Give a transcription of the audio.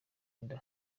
inda